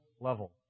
level